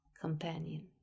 companion